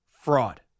fraud